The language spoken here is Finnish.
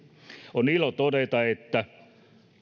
on ilo todeta että